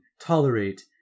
tolerate